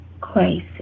crisis